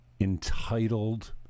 entitled